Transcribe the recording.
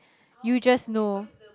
you just know